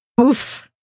oof